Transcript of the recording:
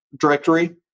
directory